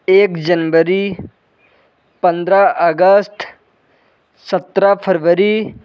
एक जनवरी पंद्रह अगस्त सत्रह फ़रवरी